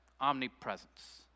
omnipresence